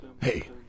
Hey